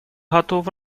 готов